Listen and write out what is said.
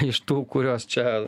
iš tų kuriuos čia